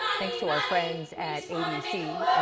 thanks to our friends at abc,